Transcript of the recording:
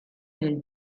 del